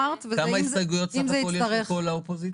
כמה הסתייגויות יש בסך הכול לכל האופוזיציה?